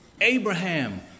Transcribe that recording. Abraham